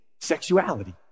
sexuality